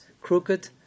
crooked